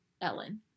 Ellen